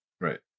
Right